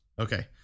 Okay